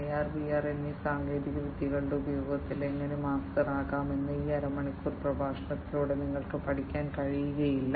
AR VR എന്നീ സാങ്കേതിക വിദ്യകളുടെ ഉപയോഗത്തിൽ എങ്ങനെ മാസ്റ്റർ ആകാമെന്ന് ഈ അരമണിക്കൂർ പ്രഭാഷണത്തിലൂടെ നിങ്ങൾക്ക് പഠിക്കാൻ കഴിയില്ല